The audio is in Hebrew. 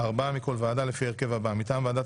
ארבעה מכול ועדה לפי ההרכב הבא: מטעם ועדת